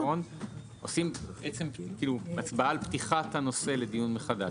עושים הצבעה על פתיחת הנושא לדיון מחדש.